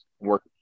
work